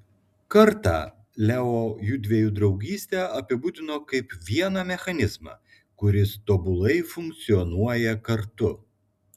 kartą leo jųdviejų draugystę apibūdino kaip vieną mechanizmą kuris tobulai funkcionuoja kartu